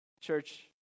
Church